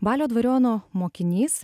balio dvariono mokinys